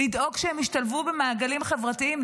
לדאוג שהם ישתלבו במעגלים חברתיים,